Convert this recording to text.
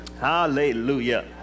Hallelujah